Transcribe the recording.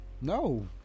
No